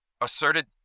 asserted